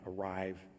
arrive